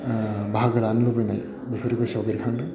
बाहागो लानो लुबैनाय बेफोर गोसोआव बेरखांदों